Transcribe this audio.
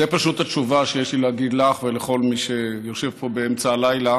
זו פשוט התשובה שיש לי להגיד לך ולכל מי שיושב פה באמצע הלילה